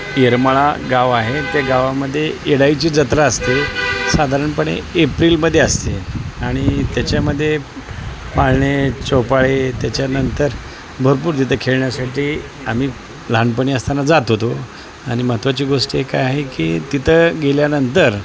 येरमाळा गाव आहे त्या गावामध्ये येढाईची जत्रा असते साधारणपणे एप्रिलमध्ये असते आणि त्याच्यामध्ये पाळणे झोपाळे त्याच्यानंतर भरपूर जिथं खेळण्यासाठी आम्ही लहानपणी असताना जात होतो आणि महत्त्वाची गोष्ट एक काय आहे की तिथं गेल्यानंतर